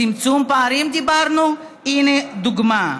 צמצום פערים דיברנו, הינה דוגמה: